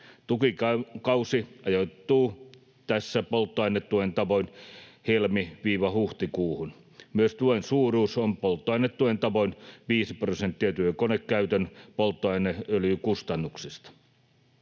Tukikausi ajoittuu tässä polttoainetuen tavoin helmi—huhtikuuhun. Myös tuen suuruus on polttoainetuen tavoin viisi prosenttia työkonekäytön polttoaineöljykustannuksista.